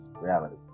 Reality